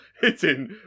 hitting